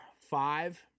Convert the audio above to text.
five